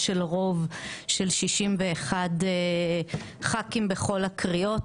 של רוב של 61 חברי כנסת בכל הקריאות,